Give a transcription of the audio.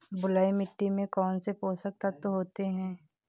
बलुई मिट्टी में कौनसे पोषक तत्व होते हैं?